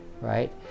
right